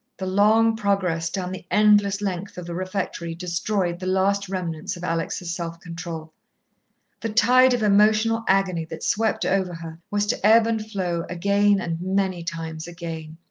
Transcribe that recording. the long progress down the endless length of the refectory destroyed the last remnants of alex' self-control. the tide of emotional agony that swept over her was to ebb and flow again, and many times again.